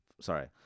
Sorry